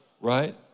right